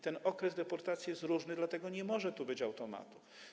Ten okres deportacji jest różny, dlatego nie może tu być automatu.